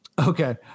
Okay